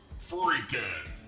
freaking